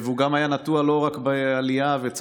הוא גם היה נטוע לא רק בעלייה שאנחנו מכירים מימינו אנו,